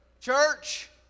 church